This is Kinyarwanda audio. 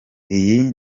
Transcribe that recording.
iyi